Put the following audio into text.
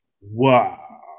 Wow